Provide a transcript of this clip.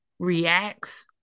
reacts